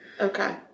Okay